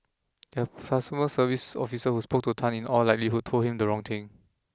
their customer service officer who spoke to Tan in all likelihood told him the wrong thing